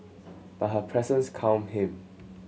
but her presence calmed him